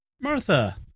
martha